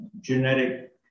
genetic